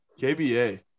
KBA